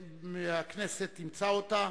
שהכנסת אימצה אותה,